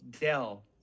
Dell